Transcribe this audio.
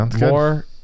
more